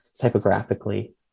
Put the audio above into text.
typographically